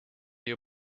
you